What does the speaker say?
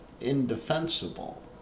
indefensible